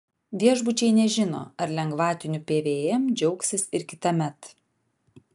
viešbučiai nežino ar lengvatiniu pvm džiaugsis ir kitąmet